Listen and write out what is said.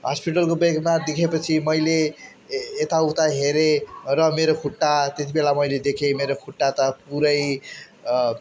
हस्पिटलको बेडमा देखे पछि मैले ए यताउता हेरेँ र मेरो खुट्टा त्यति बेला मैले देखेँ मेरो खुट्टा त पुरै